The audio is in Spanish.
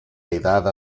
edad